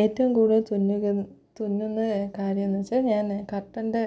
ഏറ്റവും കൂടുതൽ തുന്നുക തുന്നുന്ന കാര്യമെന്നു വച്ചാൽ ഞാൻ കർട്ടൻ്റെ